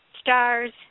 stars